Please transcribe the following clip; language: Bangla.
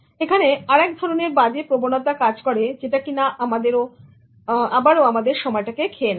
এখানে আর এক ধরনের বাজে প্রবণতা কাজ করে যেটা কিনা আবারও আমাদের সময়টা কে খেয়ে নেয়